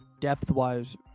depth-wise